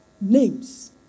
Names